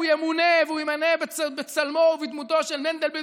הוא ימונה והוא ימונה בצלמו ובדמותו של מנדלבליט,